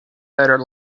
ladder